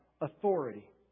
authority